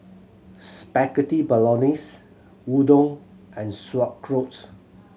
Spaghetti Bolognese Udon and Sauerkraut